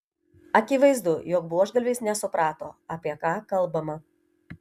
akivaizdu jog buožgalvis nesuprato apie ką kalbama